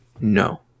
No